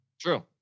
true